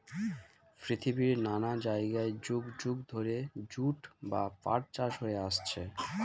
পৃথিবীর নানা জায়গায় যুগ যুগ ধরে জুট বা পাট চাষ হয়ে আসছে